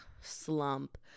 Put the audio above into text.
slump